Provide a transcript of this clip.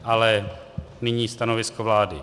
Ale nyní stanovisko vlády.